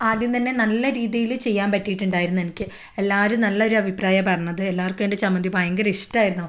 ആദ്യം തന്നെ നല്ല രീതിയിൽ ചെയ്യാൻ പറ്റിയിട്ടുണ്ടായിരുന്നു എനിക്ക് എല്ലാവരും നല്ലൊരു അഭിപ്രായം പറഞ്ഞത് എല്ലാവർക്കും എൻ്റെ ചമ്മന്തി ഭയങ്കരിഷ്ടമായിരുന്നു